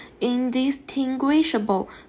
indistinguishable